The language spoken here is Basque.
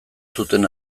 zuten